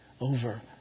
over